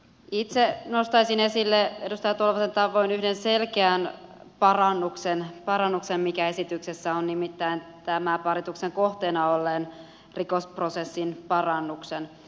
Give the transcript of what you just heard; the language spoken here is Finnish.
itse nostaisin esille edustaja tolvasen tavoin yhden selkeän parannuksen joka esityksessä on nimittäin tämän parituksen kohteena olleen rikosprosessin parannuksen